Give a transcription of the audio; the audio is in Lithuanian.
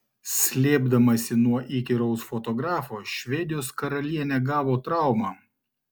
slėpdamasi nuo įkyraus fotografo švedijos karalienė gavo traumą